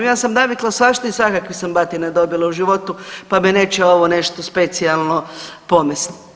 Ja sam navikla svašta i svakakvih sam batina dobila u životu, pa me neće ovo nešto specijalno pomesti.